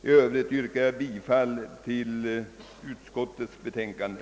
I övrigt yrkar jag bifall till utskottets betänkande.